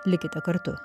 likite kartu